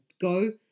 go